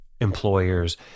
employers